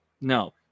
no